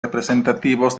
representativos